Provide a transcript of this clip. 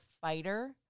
fighter